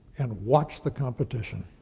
and watch the competition.